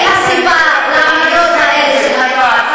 הנה הסיבה לעמדות האלה של הנוער.